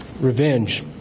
revenge